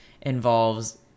involves